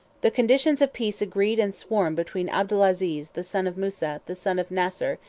the conditions of peace agreed and sworn between abdelaziz, the son of musa, the son of nassir,